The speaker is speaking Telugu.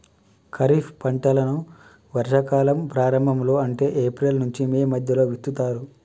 ఖరీఫ్ పంటలను వర్షా కాలం ప్రారంభం లో అంటే ఏప్రిల్ నుంచి మే మధ్యలో విత్తుతరు